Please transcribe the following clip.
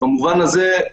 במובן הזה,